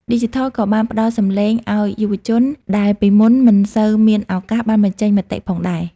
ឌីជីថលក៏បានផ្ដល់សំឡេងឱ្យយុវជនដែលពីមុនមិនសូវមានឱកាសបានបញ្ចេញមតិផងដែរ។